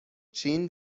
چین